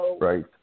right